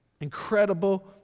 Incredible